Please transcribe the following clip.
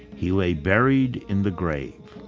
he lay buried in the grave,